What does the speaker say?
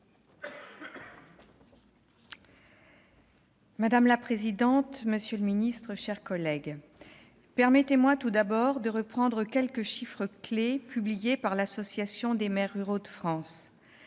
Madame la présidente, monsieur le ministre, chers collègues, permettez-moi tout d'abord de reprendre quelques chiffres clefs publiés par l'Association des maires ruraux de France